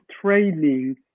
training